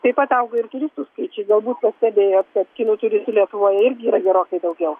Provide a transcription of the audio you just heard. taip pat auga ir turistų skaičiai galbūt pastebėjot kad kinų turistų lietuvoje irgi yra gerokai daugiau